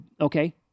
Okay